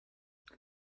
they